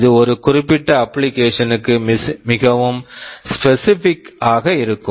இது ஒரு குறிப்பிட்ட அப்ளிகேஷன் application க்கு மிகவும் ஸ்பெசிபிக் specific ஆக இருக்கும்